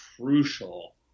crucial